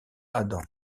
adam